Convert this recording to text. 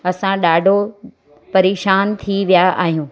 असां ॾाढो परेशानु थी विया आहियूं